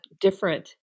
different